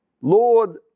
Lord